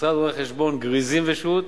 משרד רואי-חשבון גריזים ושות',